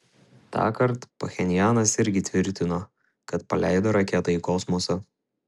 tąkart pchenjanas irgi tvirtino kad paleido raketą į kosmosą